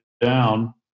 down